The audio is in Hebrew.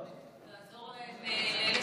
לעזור לאלה שנעצרו.